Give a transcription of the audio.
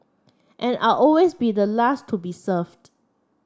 and I always be the last to be served